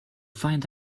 find